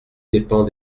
dépend